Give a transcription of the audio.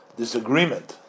disagreement